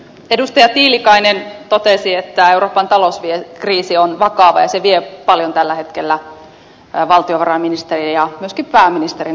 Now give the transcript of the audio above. edustaja tiilikainen totesi että euroopan talouskriisi on vakava ja se vie paljon tällä hetkellä valtiovarainministerin ja myöskin pääministerin aikaa